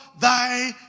thy